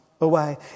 away